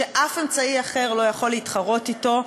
ששום אמצעי אחר לא יכול להתחרות אתו,